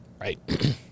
Right